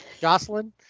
Jocelyn